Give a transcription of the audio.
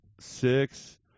six